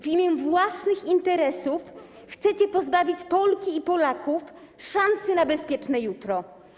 W imię własnych interesów chcecie pozbawić Polki i Polaków szansy na bezpieczne jutro.